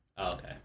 Okay